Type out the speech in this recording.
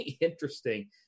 interesting